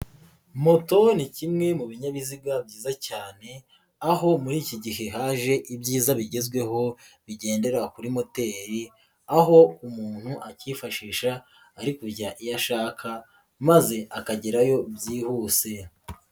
Moto ni kimwe mu binyabiziga byiza cyane, aho muri iki gihe haje ibyiza bigezweho bigendera kuri moteri, aho umuntu akifashisha ari kujya iyo ashaka maze akagerayo byihuse.